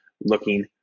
looking